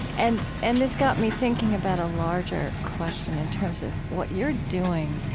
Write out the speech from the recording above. and and this got me thinking about a larger question in terms of what you're doing.